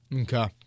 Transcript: Okay